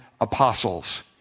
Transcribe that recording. apostles